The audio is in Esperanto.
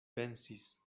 pensis